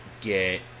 get